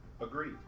Agreed